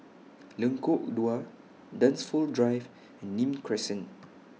Lengkok Dua Dunsfold Drive and Nim Crescent